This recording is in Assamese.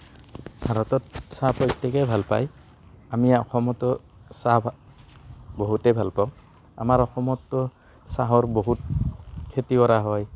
ভাৰতত চাহ প্ৰত্যেকেই ভাল পায় আমি অসমতো চাহ ভা বহুতেই ভাল পাওঁ আমাৰ অসমততো চাহৰ বহুত খেতি কৰা হয়